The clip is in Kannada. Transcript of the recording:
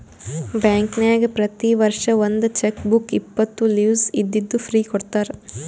ಬ್ಯಾಂಕ್ನಾಗ್ ಪ್ರತಿ ವರ್ಷ ಒಂದ್ ಚೆಕ್ ಬುಕ್ ಇಪ್ಪತ್ತು ಲೀವ್ಸ್ ಇದ್ದಿದ್ದು ಫ್ರೀ ಕೊಡ್ತಾರ